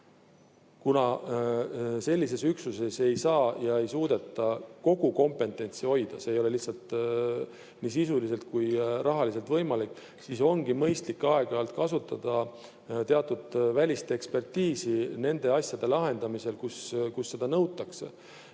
Kuna sellises üksuses ei saa ja ei suudeta kogu kompetentsi hoida, see ei ole lihtsalt ei sisuliselt ega rahaliselt võimalik, siis ongi mõistlik aeg-ajalt kasutada teatud välist ekspertiisi nende asjade lahendamisel, mille puhul seda nõutakse.